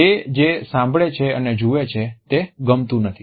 તે જે સાંભળે છે અને જુએ છે તે ગમતું નથી